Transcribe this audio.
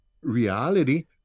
reality